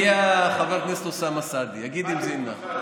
הגיע חבר הכנסת אוסאמה סעדי והוא יגיד לך אם זה ימנע.